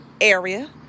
area